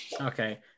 okay